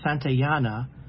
Santayana